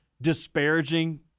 disparaging